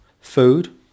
food